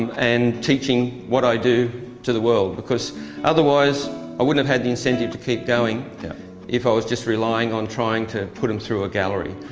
and teaching what i do to the world, because otherwise i wouldn't have had the incentive to keep going yeah if i was just relying on trying to put them through a gallery.